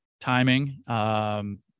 timing